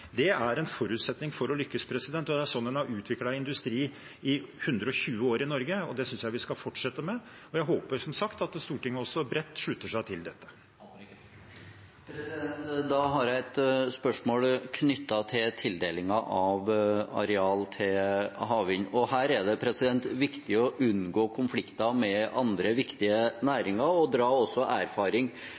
Det er en forutsetning for å lykkes. Det er sånn en har utviklet industri i 120 år i Norge, og det synes jeg vi skal fortsette med. Jeg håper som sagt at Stortinget også bredt slutter seg til dette. Da har jeg et spørsmål knyttet til tildelingen av areal til havvind. Her er det viktig å unngå konflikter med andre viktige næringer og også dra erfaring